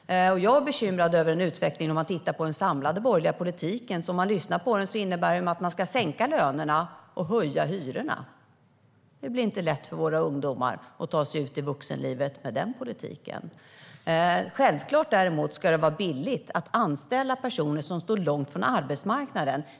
Jag är bekymrad över utvecklingen inom den borgerliga politiken där man vill sänka lönerna och höja hyrorna. Det blir inte lätt för våra ungdomar att ta sig ut i vuxenlivet med den politiken. Självklart ska det vara billigt att anställa personer som står långt från arbetsmarknaden.